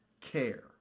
care